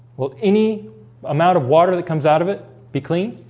well any amount of water that comes out of it be clean